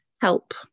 help